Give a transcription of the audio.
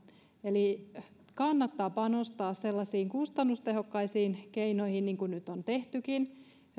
eli kannattaa panostaa kustannustehokkaisiin keinoihin niin kuin nyt on tehtykin